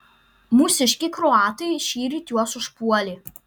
mūsiškiai kroatai šįryt juos užpuolė